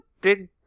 big